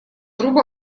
грубо